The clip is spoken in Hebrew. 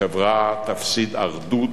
החברה תפסיד אחדות,